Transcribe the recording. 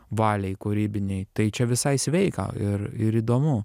valiai kūrybinei tai čia visai sveika ir ir įdomu